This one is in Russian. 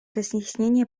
разъяснения